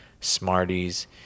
Smarties